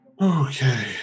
Okay